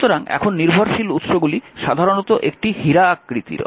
সুতরাং এখন নির্ভরশীল উৎসগুলি সাধারণত একটি হীরা আকৃতির হয়